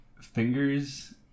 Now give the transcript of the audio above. fingers